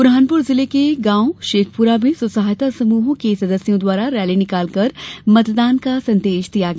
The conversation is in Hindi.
बुरहानपुर जिले के ग्राम शेखपुरा में स्व सहायता समूहों के सदस्यों द्वारा रैली निकाल कर मतदान का संदेश दिया गया